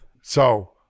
So-